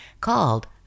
called